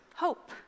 hope